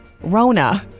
Rona